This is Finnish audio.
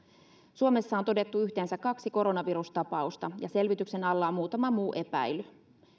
suomessa on todettu yhteensä kaksi koronavirustapausta ja selvityksen alla on muutama muu epäily